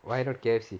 why not K_F_C